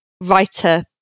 writer